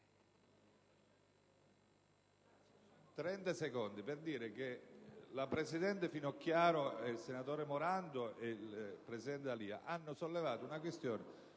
Signor Presidente, la presidente Finocchiaro, il senatore Morando e il presidente D'Alia hanno sollevato una questione